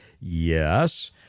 Yes